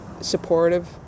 supportive